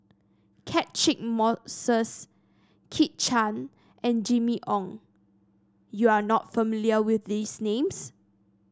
Catchick Moses Kit Chan and Jimmy Ong you are not familiar with these names